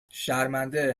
شرمنده